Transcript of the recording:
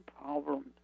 problems